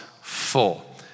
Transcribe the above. full